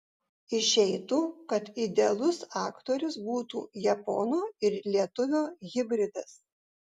išeitų kad idealus aktorius būtų japono ir lietuvio hibridas